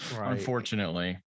unfortunately